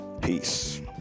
Peace